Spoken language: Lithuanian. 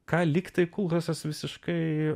ką lygtai kulchasas visiškai